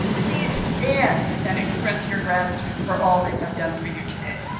please stand and express your gratitude for all they have done for you today.